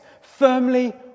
firmly